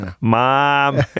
mom